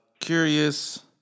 Curious